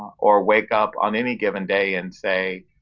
or wake up on any given day and say,